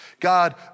God